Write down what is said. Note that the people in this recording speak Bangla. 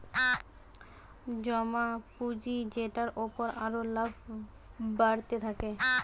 জমা পুঁজি যেটার উপর আরো লাভ বাড়তে থাকে